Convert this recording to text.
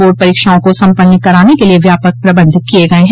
board परीक्षाओं को सम्पन्न कराने के लिये व्यापक प्रबंध किये गये हैं